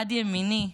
יד ימיני,